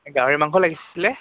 গাহৰি মাংস লাগিছিলে